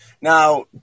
Now